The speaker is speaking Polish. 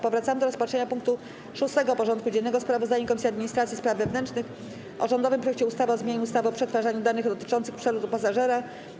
Powracamy do rozpatrzenia punktu 6. porządku dziennego: Sprawozdanie Komisji Administracji i Spraw Wewnętrznych o rządowym projekcie ustawy o zmianie ustawy o przetwarzaniu danych dotyczących przelotu pasażera.